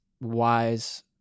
wise